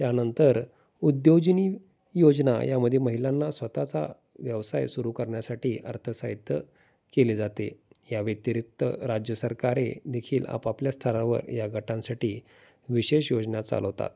त्यानंतर उद्योजनी योजना यामध्ये महिलांना स्वत चा व्यवसाय सुरू करण्यासाठी अर्थ साहित्य केले जाते या व्यतिरिक्त राज्य सरकारे देखील आपापल्या स्थरावर या गटांसाठी विशेष योजना चालवतात